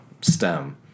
STEM